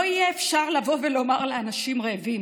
לא יהיה אפשר לבוא ולומר לאנשים רעבים: